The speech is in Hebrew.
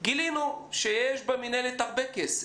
גילינו שיש במנהלת הרבה כסף.